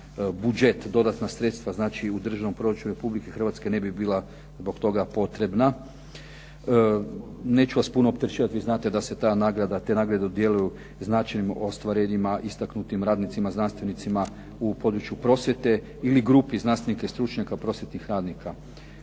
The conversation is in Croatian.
budžet, dodatna sredstva. Znači, u Državnom proračunu Republike Hrvatske ne bi bila zbog toga potrebna. Neću vas puno opterećivati, vi znate da se te nagrade dodjeljuju značajnim ostvarenjima istaknutim radnicima, znanstvenicima u području prosvjete ili grupi znanstvenika i stručnjaka prosvjetnih radnika